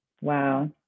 wow